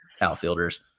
outfielders